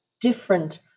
different